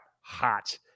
hot